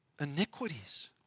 iniquities